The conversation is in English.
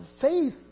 faith